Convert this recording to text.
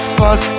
fuck